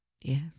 Yes